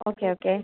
okay okay